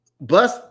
bus